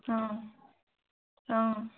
অঁ অঁ